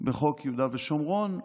בחוק יהודה ושומרון.